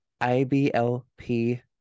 IBLP